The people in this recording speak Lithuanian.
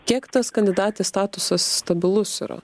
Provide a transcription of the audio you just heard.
kiek tas kandidatės statusas stabilus yra